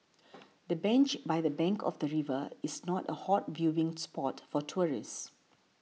the bench by the bank of the river is not a hot viewing spot for tourists